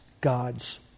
God's